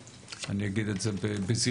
אני אגיד את זה בזהירות,